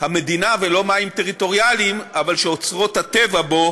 המדינה ולא מים טריטוריאליים, אבל שאוצרות הטבע בו